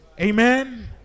Amen